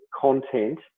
content